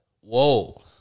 Whoa